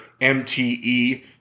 MTE